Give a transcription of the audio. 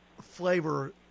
flavor